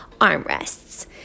armrests